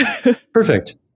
perfect